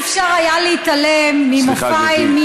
לא היה אפשר להתעלם ממופע האימים,